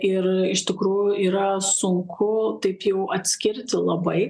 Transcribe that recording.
ir iš tikrųjų yra sunku taip jau atskirti labai